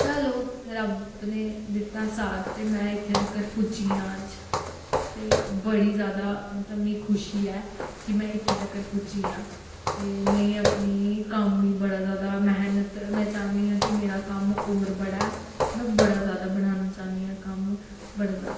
चलो रब्ब ने दित्ता साथ ते में इत्थें तगर पुज्जी आं अज्ज ते बड़ी ज्यादा मतलब मीं खुशी ऐ कि में इत्थें तगर पुज्जी आं ते में अपनी कम्म मीं बड़ा ज्यादा मेह्नत में चाह्न्नी आं कि मेरा कम्म होर बड़ा ऐ में बड़ा ज्यादा बनााना चाह्न्नी आं कम्म बड़ा ज्यादा